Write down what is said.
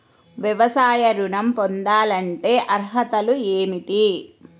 వ్యవసాయ ఋణం పొందాలంటే అర్హతలు ఏమిటి?